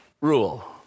rule